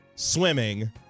swimming